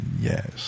Yes